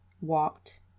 walked